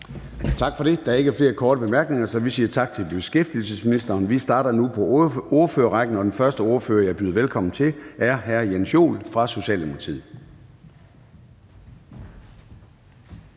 Tak for det. Der er ikke flere korte bemærkninger, så vi siger tak til beskæftigelsesministeren. Vi starter nu på ordførerrækken, og den første ordfører, jeg byder velkommen til, er hr. Jens Joel fra Socialdemokratiet.